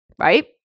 right